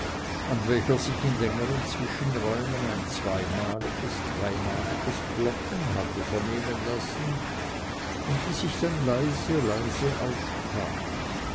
an welcher sich in längern zwischenräumen ein zweimaliges dreimaliges klopfen hatte vernehmen lassen und die sich dann leise leise auftat